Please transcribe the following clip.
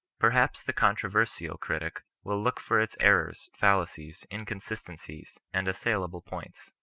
perhaps the controversial critic will look for its errors, fallacies, inconsistencies, and assailable points.